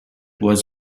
was